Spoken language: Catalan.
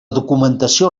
documentació